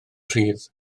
rhydd